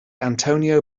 antonio